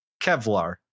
Kevlar